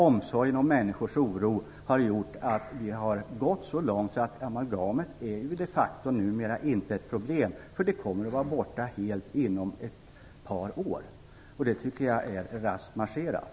Omsorgen om människors oro har gjort att vi har gått så långt att amalgamet de facto numera inte är ett problem utan kommer att vara helt borta inom ett par år. Det tycker jag är raskt marscherat.